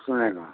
सुनेको